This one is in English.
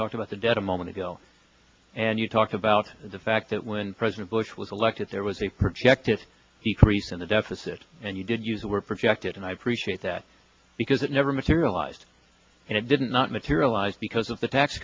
talked about the debt a moment ago and you talked about the fact that when president bush was elected there was a projected the crease in the deficit and you did use were projected and i appreciate that because it never materialized and it didn't not materialize because of the tax